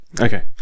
Okay